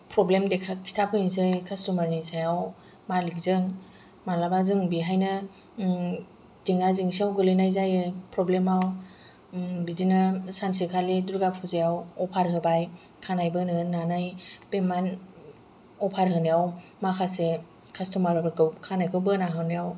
problem खिथाफैनोसै कास्ट'मारनि सायाव मालिकजों मालाबा जों बेहायनो जेंना जेंसियाव गोलैनाय जायो प्रब्लेमाव बिदिनो सानसेखालि दुर्गा फुजायाव अफार होबाय खानाय बोनो होननानै बे मान अफार होनायाव माखासे कास्ट'मारफोरखौ खानायखौ बोना हरनायाव